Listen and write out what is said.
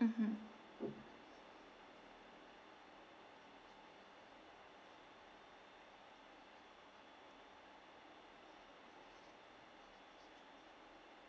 mmhmm